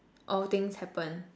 all things happen